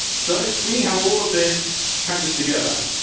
so let's see how all of this hangs together.